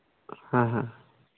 ᱦᱮᱸ ᱦᱮᱸ